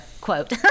quote